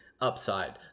upside